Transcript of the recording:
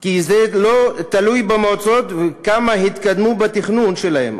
כי זה לא תלוי במועצות וכמה התקדמו בתכנון שלהן,